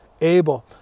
Abel